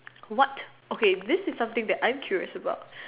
what okay this is something that I am curious about